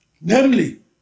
namely